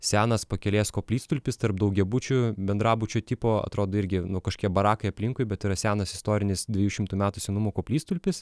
senas pakelės koplytstulpis tarp daugiabučių bendrabučių tipo atrodo irgi kažkokie barakai aplinkui bet yra senas istorinis dviejų šimtų metų senumo koplytstulpis